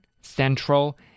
central